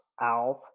Alf